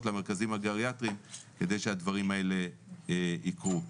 למרכזים הגריאטריים כדי שהדברים האלה יקרו.